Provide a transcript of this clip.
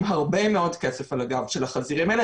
הרבה מאוד כסף על הגב של החזירים האלה,